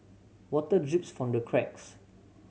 water drips from the cracks